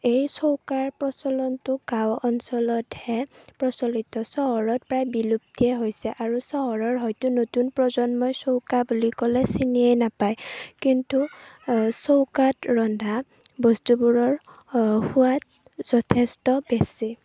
এই চৌকাৰ প্ৰচলনটো গাঁও অঞ্চলতহে প্ৰচলিত চহৰত প্ৰায় বিলুপ্তিয়ে হৈছে আৰু চহৰৰ হয়তো নতুন প্ৰজন্মই চৌকা বুলি ক'লে চিনিয়ে নাপায় কিন্তু চৌকাত ৰন্ধা বস্তুবোৰৰ সোৱাদ যথেষ্ট বেছি